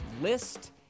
list